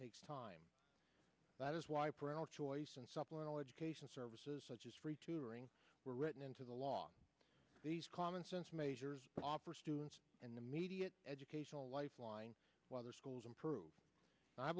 takes time that is why parental choice and supplemental education services such as free tutoring were written into the law these commonsense measures proper students and immediate educational lifeline whether schools improve i